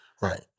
Right